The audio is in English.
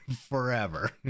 Forever